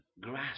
grasp